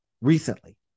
recently